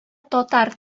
татар